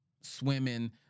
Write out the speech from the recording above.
swimming